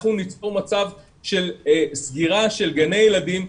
אנחנו ניצור מצב של סגירה של גני ילדים,